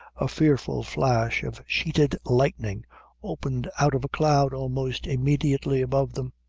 a fearful flash of sheeted lightning opened out of a cloud almost immediately above them,